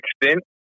extent